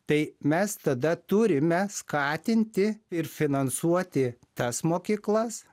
tai mes tada turime skatinti ir finansuoti tas mokyklas